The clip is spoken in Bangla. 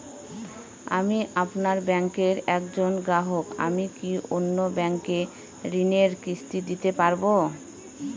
আমি আপনার ব্যাঙ্কের একজন গ্রাহক আমি কি অন্য ব্যাঙ্কে ঋণের কিস্তি দিতে পারবো?